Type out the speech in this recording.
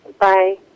Bye